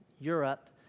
Europe